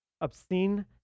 Obscene